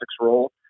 role